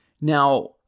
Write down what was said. Now